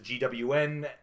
GWN